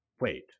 Wait